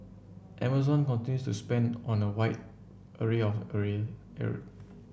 Amazon continues to spend on a wide area of area